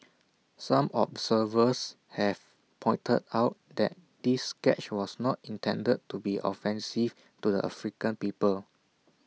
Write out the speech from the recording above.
some observers have pointed out that this sketch was not intended to be offensive to the African people